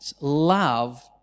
love